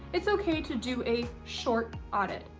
it's okay to do a short audit.